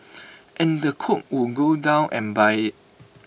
and the cook would go down and buy IT